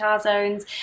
zones